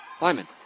Lyman